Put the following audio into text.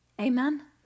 Amen